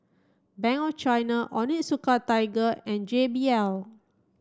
Bank of China Onitsuka Tiger and J B L